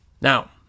Now